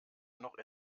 noch